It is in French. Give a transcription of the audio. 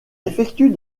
effectue